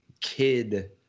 kid